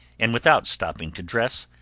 and without stopping to dress,